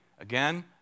again